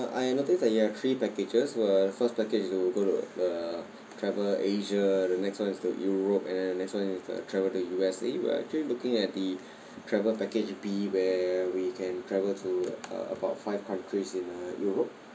I notice that you have three packages were first package you go to uh travel asia the next one is the europe and then next one is the travel to U_S_A we're actually looking at the travel package be where we can travel to uh about five countries in uh europe